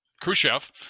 khrushchev